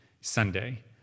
Sunday